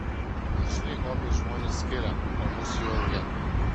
dažnai hobiai žmones skiria o mus jungia